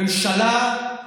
ממשלה פסיבית,